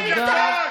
סיימת?